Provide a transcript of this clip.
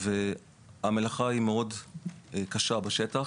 המלאכה קשה מאוד בשטח.